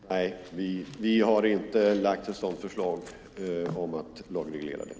Fru talman! Nej, vi har inte lagt fram något förslag om att lagreglera det.